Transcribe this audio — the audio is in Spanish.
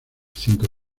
cinco